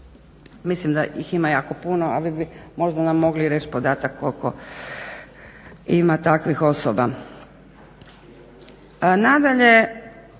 Mislim da ih ima jako puno, ali bi možda nam mogli reć podatak koliko ima takvih osoba.